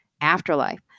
afterlife